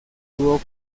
dúo